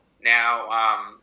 now –